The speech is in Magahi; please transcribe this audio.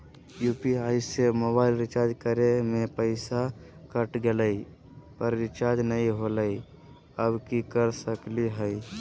यू.पी.आई से मोबाईल रिचार्ज करे में पैसा कट गेलई, पर रिचार्ज नई होलई, अब की कर सकली हई?